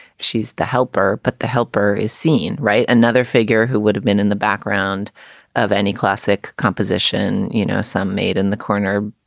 she's the helper. but the helper is seen. right. another figure who would have been in the background of any classic composition. you know, some maid in the corner,